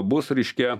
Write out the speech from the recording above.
bus reiškia